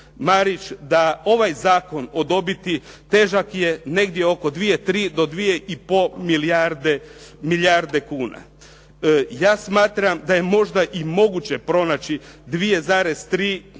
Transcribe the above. da ovaj zakon o dobiti težak je negdje oko 2, 3 do 2,5 milijarde kuna. Ja smatram da je možda i moguće pronaći 2,3, 2,5 milijardi